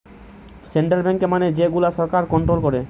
central bank মানে যে গুলা সরকার কন্ট্রোল করে